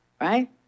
right